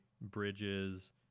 bridges